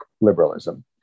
liberalism